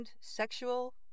sexual